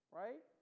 right